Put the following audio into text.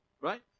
right